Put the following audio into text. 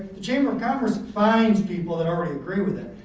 the chamber of commerce finds people that already agree with it.